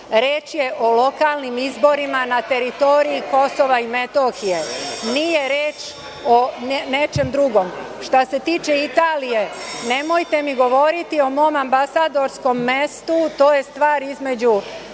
Reč je o lokalnim izborima na teritoriji KiM. Nije reč o nečem drugom. Što se tiče Italije, nemojte mi govoriti o mom ambasadorskom mestu, to je stvar između mene